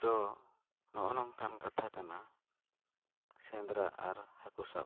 ᱛᱚ ᱱᱚᱜᱼᱚᱸᱭ ᱱᱚᱝᱠᱟᱱ ᱠᱟᱛᱷᱟ ᱠᱟᱱᱟ ᱥᱮᱸᱫᱽᱨᱟ ᱟᱨ ᱦᱟᱹᱠᱩ ᱥᱟᱵ